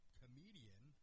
comedian